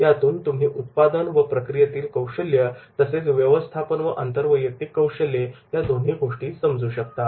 यातून तुम्ही उत्पादन व प्रक्रियेतील कौशल्य तसेच व्यवस्थापन व आंतरवैयक्तिक कौशल्ये या दोन्ही गोष्टी समजू शकता